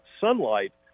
sunlight